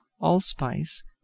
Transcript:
allspice